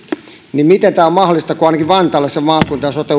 miten tämä on mahdollista kun tuntuu että ainakin vantaalla siinä maakunta ja sote